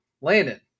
Landon